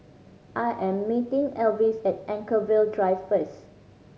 I am meeting Alvis at Anchorvale Drive first